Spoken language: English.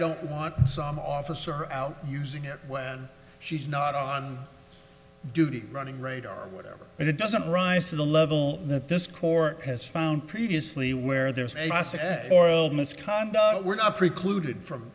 don't want some officer out using it when she's not on duty running radar or whatever but it doesn't rise to the level that this court has found previously where there's a moral misconduct we're not precluded from